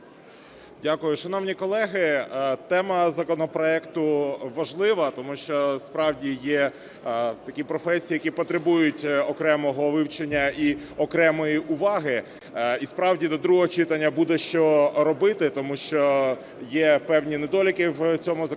Дякую. Шановні колеги, тема законопроекту важлива, тому що справді є такі професії, які потребують окремого вивчення і окремої уваги. І справді до другого читання буде що робити, тому що є певні недоліки в цьому законопроекті,